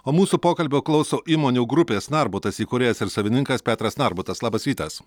o mūsų pokalbio klauso įmonių grupės narbutas įkūrėjas ir savininkas petras narbutas labas rytas